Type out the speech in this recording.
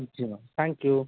ठीक आहे ma'am thank you